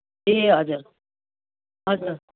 ए हजुर हजुर